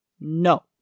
No